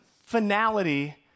finality